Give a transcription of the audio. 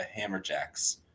Hammerjacks